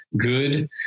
good